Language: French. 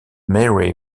mary